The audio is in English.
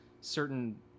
certain